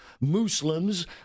Muslims